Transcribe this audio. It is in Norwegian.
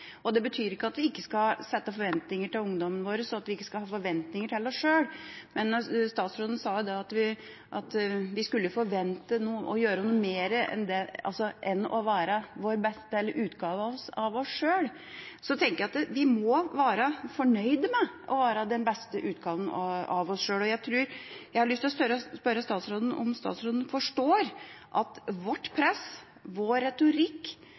Det betyr ikke at vi ikke skal ha forventninger til ungdommen vår, eller at vi ikke skal ha forventninger til oss sjøl. Statsråden sa at vi skulle forvente å gjøre noe mer enn å være vår beste utgave av oss sjøl, jeg tenker at vi må være fornøyd med å være den beste utgaven av oss sjøl. Jeg har lyst til å spørre statsråden om han forstår at vårt press, vår retorikk